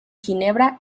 ginebra